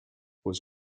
was